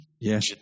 Yes